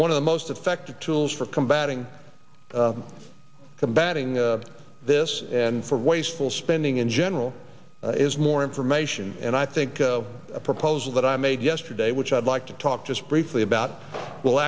one of the most effective tools for combating combating the this and for wasteful spending in general is more information and i think proposals that i made yesterday which i'd like to talk just briefly about will